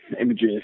images